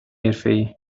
حرفهای